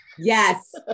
Yes